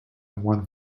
one